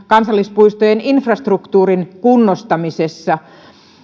kansallispuistojen infrastruktuurin kunnostamiseen